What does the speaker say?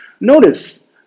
Notice